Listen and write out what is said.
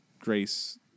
Grace